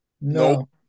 No